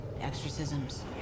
exorcisms